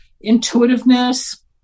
intuitiveness